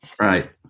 Right